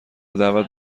دعوت